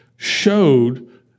showed